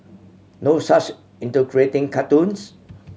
no such into creating cartoons